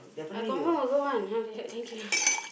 I confirm will go one okay thank you